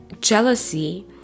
jealousy